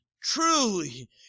truly